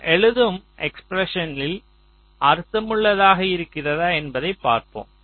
நாம் எழுதும் எக்ஸ்பிரஸின் அர்த்தமுள்ளதாக இருக்கிறதா என்பதை பார்ப்போம்